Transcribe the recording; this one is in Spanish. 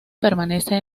permanece